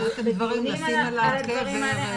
אנחנו בדיונים על הדברים האלה,